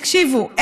תקשיבו,